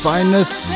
Finest